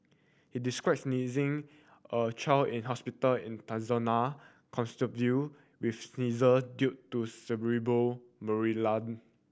he described sneezing a child in hospital in Tanzania with seizure due to malaria